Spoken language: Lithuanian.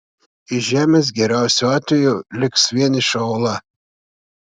iš žemės geriausiu atveju liks vieniša uola